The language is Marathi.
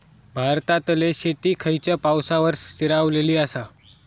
भारतातले शेती खयच्या पावसावर स्थिरावलेली आसा?